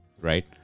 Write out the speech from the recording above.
right